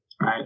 Right